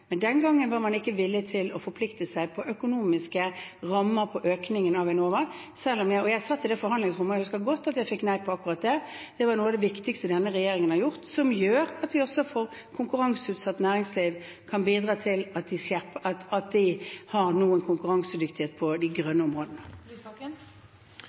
men den gangen var man ikke villig til å forplikte seg på økonomiske rammer for økningen av Enova. Jeg satt i det forhandlingsrommet og husker godt at jeg fikk nei på akkurat det. Det er noe av det viktigste denne regjeringen har gjort, som gjør at konkurranseutsatt næringsliv kan bidra og ha konkurransedyktighet på de grønne områdene. Audun Lysbakken – til oppfølgingsspørsmål. Jeg synes det er trist at